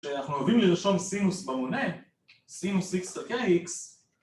שאנחנו אוהבים לרשום סינוס במונה סינוס x חלקי x